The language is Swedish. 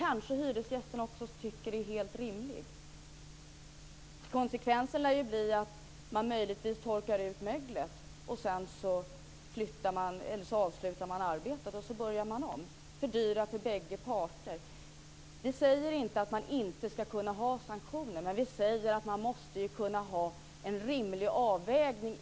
Också hyresgästen tycker kanske att det är helt rimligt. Konsekvensen lär bli att hyresvärden låter möglet torka och avslutar arbetet. Sedan börjar man om. Detta fördyrar för bägge parter. Vi säger inte att man inte ska kunna vidta sanktioner, men vi säger att man måste kunna göra en rimlig avvägning.